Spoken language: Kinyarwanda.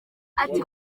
ati